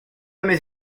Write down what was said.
mes